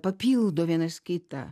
papildo vienas kitą